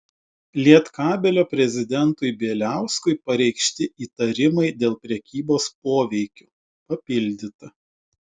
lietkabelio prezidentui bieliauskui pareikšti įtarimai dėl prekybos poveikiu papildyta